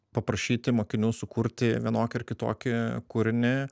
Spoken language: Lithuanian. paprašyti mokinių sukurti vienokį ar kitokį kūrinį